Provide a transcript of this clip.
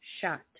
shot